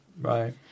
Right